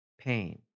pain